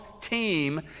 team